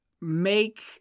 make